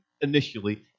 initially